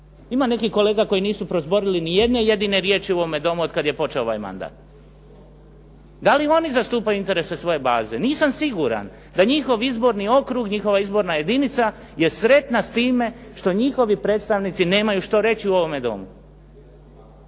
Ima nekih kolega koji nisu prozborili ni jedne jedine riječi u ovome domu otkad je počeo ovaj mandat. Da li oni zastupaju interese svoje baze? Nisam siguran da njihov izborni okrug, njihova izborna jedinica je sretna s time što njihovi predstavnici nemaju što reći u ovome Domu.